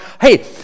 hey